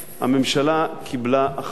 הממשלה קיבלה החלטה,